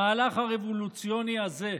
המהלך רבולוציוני הזה,